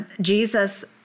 Jesus